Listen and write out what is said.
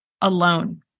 Alone